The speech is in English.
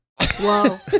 Whoa